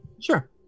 Sure